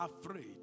afraid